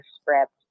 script